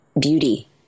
beauty